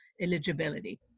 eligibility